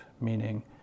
meaning